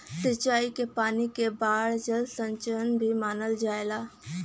सिंचाई क पानी के बाढ़ जल संचयन भी मानल जाला